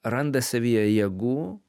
randa savyje jėgų